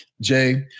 Jay